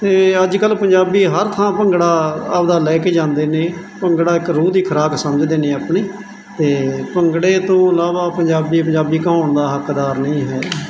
ਅਤੇ ਅੱਜ ਕੱਲ੍ਹ ਪੰਜਾਬੀ ਹਰ ਥਾਂ ਭੰਗੜਾ ਆਪਦਾ ਲੈ ਕੇ ਜਾਂਦੇ ਨੇ ਭੰਗੜਾ ਇੱਕ ਰੂਹ ਦੀ ਖੁਰਾਕ ਸਮਝਦੇ ਨੇ ਆਪਣੀ ਅਤੇ ਭੰਗੜੇ ਤੋਂ ਇਲਾਵਾ ਪੰਜਾਬੀ ਪੰਜਾਬੀ ਕਹਾਉਣ ਦਾ ਹੱਕਦਾਰ ਨਹੀਂ ਹੈ